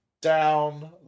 down